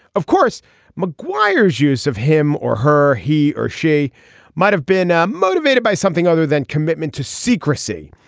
of course maguire's use of him or her he or she might have been ah motivated by something other than commitment to secrecy.